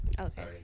Okay